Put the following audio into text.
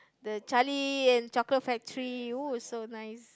the Charlie and Chocolate Factory !woo! it's so nice